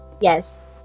Yes